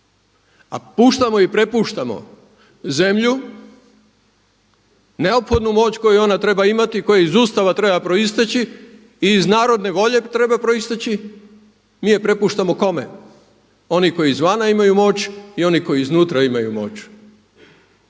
a puštamo i prepuštamo zemlju neophodnu moć koju ona treba imati i koja iz Ustava treba proisteći i iz narodne volje treba proisteći mi je prepuštamo kome? Oni koji izvana imaju moć i oni koji iznutra imaju moć.